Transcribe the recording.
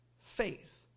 faith